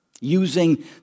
Using